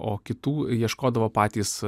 o kitų ieškodavo patys